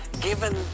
given